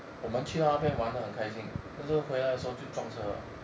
我们去那边玩的很开心但是回来的时候就撞车了